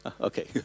Okay